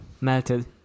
melted